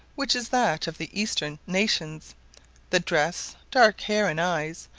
which is that of the eastern nations the dress, dark hair and eyes,